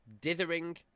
dithering